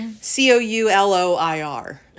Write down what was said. c-o-u-l-o-i-r